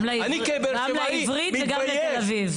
גם לעברית וגם לתל אביב.